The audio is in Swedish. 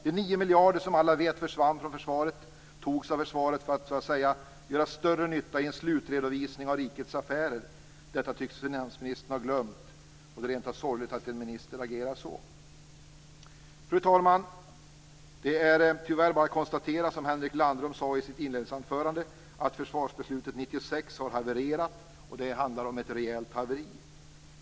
De 9 miljarder som alla vet försvann från försvaret, togs från försvaret, för att så att säga göra större nytta i en slutredovisning av rikets affärer. Detta tycks finansministern ha glömt bort. Det är rent sorgligt att en minister agerar så. Fru talman! Det är tyvärr bara att konstatera, som Henrik Landerholm sade i sitt inledningsanförande, att försvarsbeslutet 1996 har havererat. Det handlar om ett rejält haveri.